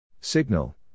Signal